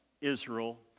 Israel